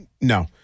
No